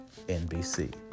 NBC